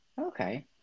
Okay